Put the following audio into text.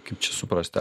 kaip čia suprasti